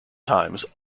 times